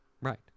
Right